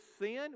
sin